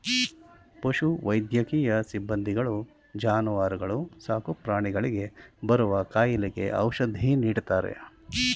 ಪಶು ವೈದ್ಯಕೀಯ ಸಿಬ್ಬಂದಿಗಳು ಜಾನುವಾರುಗಳು ಸಾಕುಪ್ರಾಣಿಗಳಿಗೆ ಬರುವ ಕಾಯಿಲೆಗೆ ಔಷಧಿ ನೀಡ್ತಾರೆ